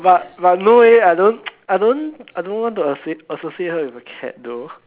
but but no eh I don't I don't I don't want to associate her with a cat though